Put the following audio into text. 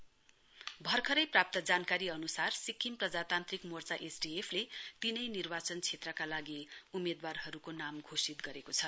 SDF भर्खरै प्राप्त जानकारी अनुसार सिक्किम प्रजातान्त्रिक मोर्चा एसडीएफले तीनै निर्वाचन क्षेत्रका लागि उम्मेदवारहरुके नाम घोषित गरेको छ